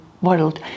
world